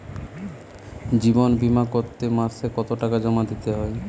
জীবন বিমা করতে মাসে কতো টাকা জমা দিতে হয়?